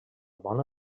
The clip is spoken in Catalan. bona